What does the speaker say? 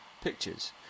pictures